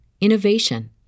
innovation